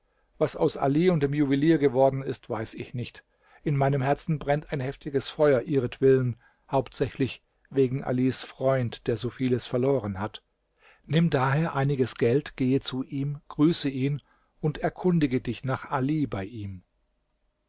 was aus ali und dem juwelier geworden ist weiß ich nicht in meinem herzen brennt ein heftiges feuer ihretwillen hauptsächlich wegen alis freund der so vieles verloren hat nimm daher einiges geld gehe zu ihm grüße ihn und erkundige dich nach ali bei ihm